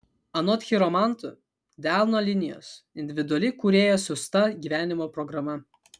anot chiromantų delno linijos individuali kūrėjo siųsta gyvenimo programa